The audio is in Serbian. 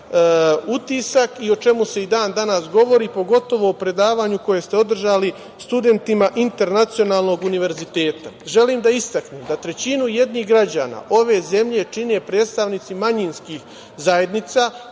utisak i o čemu se i dan-danas govori, pogotovo o predavanju koje ste održali studentima Internacionalnog univerziteta. Želim da istaknem da trećinu jednih građana ove zemlje čine predstavnici manjinskih zajednica.